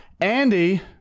Andy